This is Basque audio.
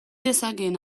dezakeen